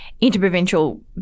interprovincial